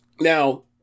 Now